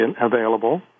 available